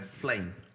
flame